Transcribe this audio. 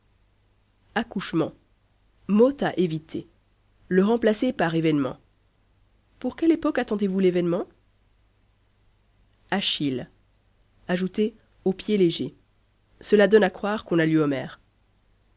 accouchement mot à éviter le remplacer par événement pour quelle époque attendez-vous l'événement achille ajouter aux pieds légers cela donne à croire qu'on a lu